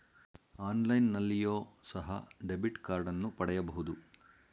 ಆನ್ಲೈನ್ನಲ್ಲಿಯೋ ಸಹ ಡೆಬಿಟ್ ಕಾರ್ಡನ್ನು ಪಡೆಯಬಹುದು